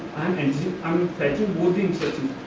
and so um fetching both the instruction.